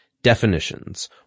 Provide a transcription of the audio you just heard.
Definitions